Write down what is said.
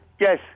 Yes